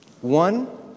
One